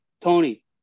Tony